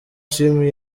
team